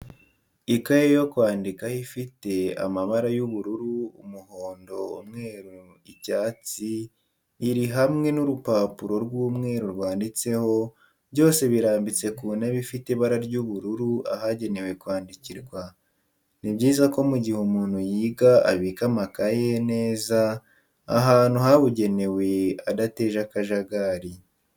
Ikaye yo kwandikano ifite amabara y'ubururu, umuhondo, umweru icyatsi iri hamwe n'urupapuro rw'umweru rwanditseho, byose birambitse ku ntebe ifite ibara ry'ubururu ahagenewe kwandikirwa. Ni byiza ko mu gihe umuntu yiga abika amakayi ye neza ahantu habugenewe adateje akajagari.